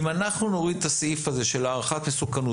אם אנחנו נוריד את הסעיף הזה של הערכת מסוכנות